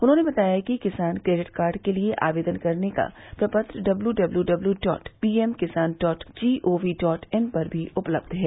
उन्होंने बताया कि किसान क्रेडिट कार्ड के लिए आवेदन करने का प्रपत्र W W W dot PM Kisan dot G O V पर भी उपलब्ध है